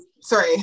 Sorry